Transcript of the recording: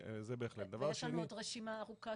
דבר שני -- יש לנו עוד רשימה ארוכה